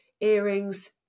Earrings